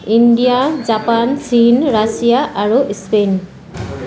India Japan চীন Russia আৰু Spain